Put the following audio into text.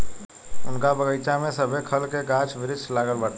उनका बगइचा में सभे खल के गाछ वृक्ष लागल बाटे